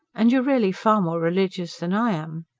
and you are really far more religious than i am.